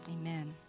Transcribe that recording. Amen